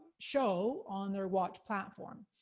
show on their watch platform.